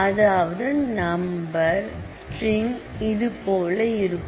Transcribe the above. அதாவது number steering இது போல் இருக்கும்